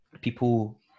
People